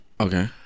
Okay